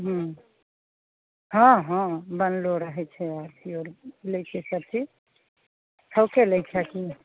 हूँ हँ हँ बनलो रहै छै अथियो लै छै सबचीज थौके लै छथिन